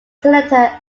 senator